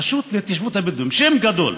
הרשות להתיישבות הבדואים, שם גדול.